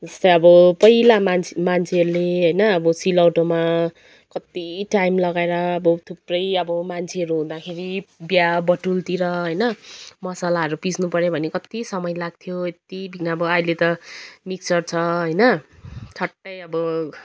जस्तै अब पहिला मान्छे मान्छेहरूले होइन अब सिलौटोमा कति टाइम लगाएर अब थुप्रै अब मान्छेहरू हँदाखेरि विहा बटुलतिर होइन मसालाहरू पिस्नुपऱ्यो भने कति समय लाक्थ्यो एत्तिबिघ्न अब अहिले त मिक्सर छ होइन ठट्टै अब